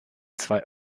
zwei